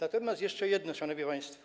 Natomiast jeszcze jedno, szanowni państwo.